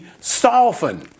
softened